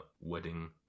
wedding